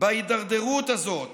בהידרדרות הזאת